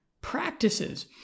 practices